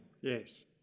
Yes